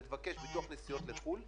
יש סוכני ביטוח שעושים את עבודתם נאמנה,